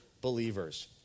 believers